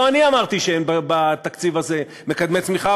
לא אני אמרתי שאין בתקציב הזה מקדמי צמיחה,